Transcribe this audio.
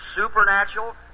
supernatural